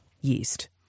yeast